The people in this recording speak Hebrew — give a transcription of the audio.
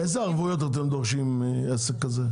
אילו ערבויות אתם דורשים מעסק כזה?